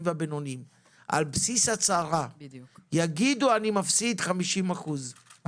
ועל בסיס הצהרה יגידו שהם מפסידים אחוז מסוים,